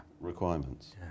requirements